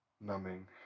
numbing